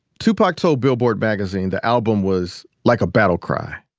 tupac told billboard magazine the album was like a battle cry